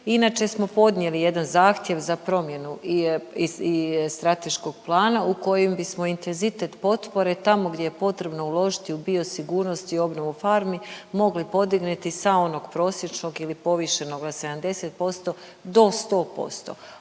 inače smo podnijeli jedan zahtjev za promjenu strateškog plana u kojem bismo intenzitet potpore tamo gdje je potrebno uložiti u biosigurnost i obnovu farmi mogli podignuti sa onog prosječnog ili povišenog na 70% do 100%.